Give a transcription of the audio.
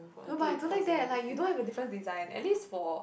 no but I don't like that like you don't have a different design at least for